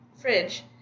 fridge